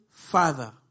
Father